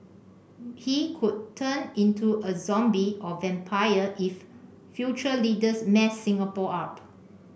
he could turn into a zombie or vampire if future leaders mess Singapore up